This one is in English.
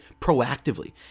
proactively